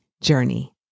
journey